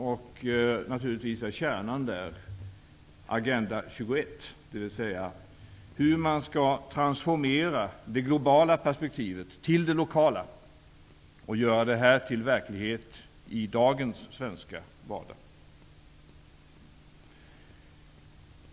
Givetvis är kärnan här Agenda 21, dvs. hur man skall transformera det globala perspektivet till det lokala och göra detta till verklighet i dagens svenska vardag.